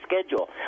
schedule